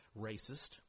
racist